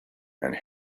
and